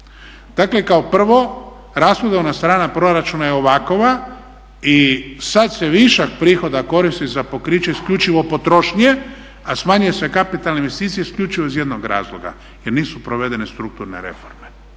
Dakle kao prvo, rashodovna strana proračuna je ovakova i sad se višak prihoda koristi za pokriće isključivo potrošnje, a smanjuje se kapitalne investicije isključivo iz jednog razloga, jer nisu provedene strukturne reforme.